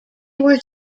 were